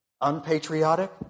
Unpatriotic